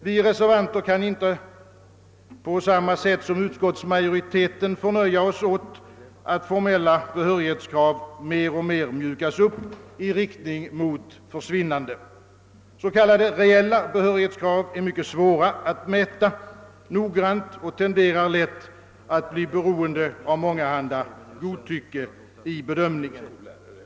Vi reservanter kan inte på samma sätt som utskottsmajoriteten förnöja oss åt att formella behörighetskrav mer och mer mjukas upp i riktning mot försvinnande. S.k. reella behörighetskrav är mycket svåra att mäta noggrant och tenderar lätt att bli beroende av mångahanda godtycken i bedömningen.